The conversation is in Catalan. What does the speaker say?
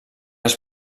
els